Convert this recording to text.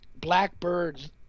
blackbirds